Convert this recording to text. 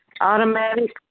Automatic